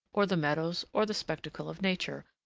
or the meadows, or the spectacle of nature,